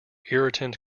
irritant